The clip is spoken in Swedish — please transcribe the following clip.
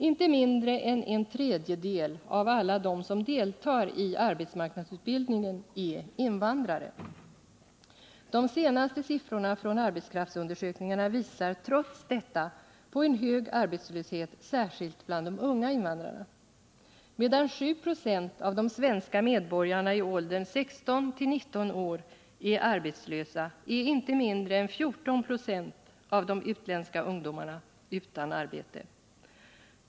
Inte mindre än en tredjedel av alla dem som deltar i arbetsmarknadsutbildningen är invandrare. De senaste siffrorna från arbetskraftsundersökningarna visar trots detta på en hög arbetslöshet, särskilt bland de unga invandrarna. Medan 7 96 av de svenska medborgarna i åldern 16-19 år är arbetslösa är inte mindre än 14 96 av de utländska ungdomarna utan arbete.